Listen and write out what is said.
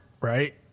right